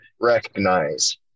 recognize